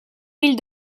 mille